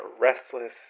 restless